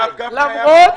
הבנתי.